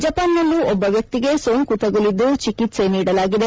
ಜಪಾನ್ನಲ್ಲೂ ಒಬ್ಬ ವ್ಯಕ್ತಿಗೆ ಸೋಂಕು ತಗುಲಿದ್ದು ಚಿಕಿತ್ಸೆ ನೀಡಲಾಗಿದೆ